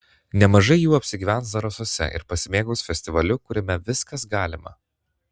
nemažai jų apsigyvens zarasuose ir pasimėgaus festivaliu kuriame viskas galima